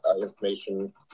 information